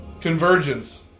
Convergence